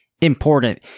important